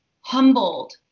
humbled